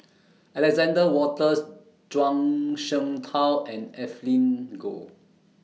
Alexander Wolters Zhuang Shengtao and Evelyn Goh